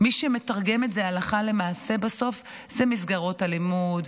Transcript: מי שמתרגם את זה הלכה למעשה בסוף זה מסגרות הלימוד,